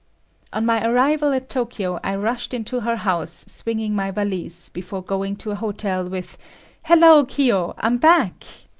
on my arrival at tokyo, i rushed into her house swinging my valise, before going to a hotel, with hello, kiyo, i'm back!